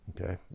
Okay